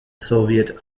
soviet